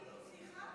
הייתי באולם.